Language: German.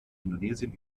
indonesien